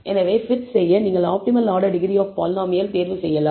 எனவே பிட் செய்ய நீங்கள் optimal order degree of polynomial தேர்வு செய்யலாம்